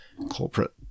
corporate